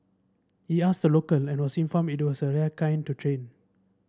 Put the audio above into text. he asked a local and was informed was a rare kind of train